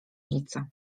ulicę